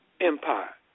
Empire